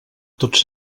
tots